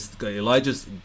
Elijah's